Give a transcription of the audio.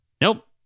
Nope